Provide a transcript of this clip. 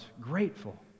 Grateful